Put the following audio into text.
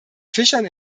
fischern